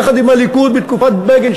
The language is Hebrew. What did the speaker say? יחד עם הליכוד בתקופת בגין,